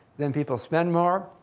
then people spend more,